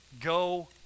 Go